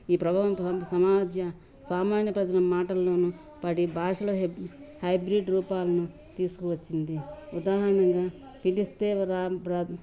ఈ ప్రభావం సమాజ్య సామాన్య ప్రజల మాటల్లోనూ పడి భాషల హె హైబ్రిడ్ రూపాలను తీసుకువచ్చింది ఉదాహరణగా పిలిస్తే రా